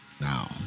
now